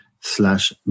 slash